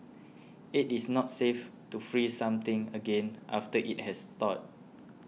it is not safe to freeze something again after it has thawed